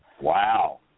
Wow